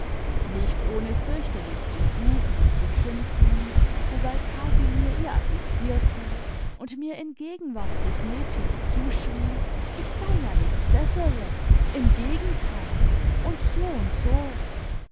nicht ohne fürchterlich zu fluchen und zu schimpfen wobei casimir ihr assistierte und mir in gegenwart des mädchens zuschrie ich sei ja nichts besseres im gegenteil und so und so